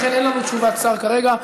לכן אין לנו תשובת שר כרגע.